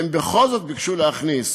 הם בכל זאת ביקשו להכניס